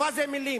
השפה זה מלים.